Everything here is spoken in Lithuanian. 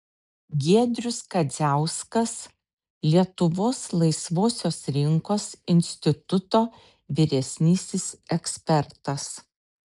giedrius kadziauskas lietuvos laisvosios rinkos instituto vyresnysis ekspertas